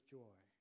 joy